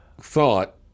thought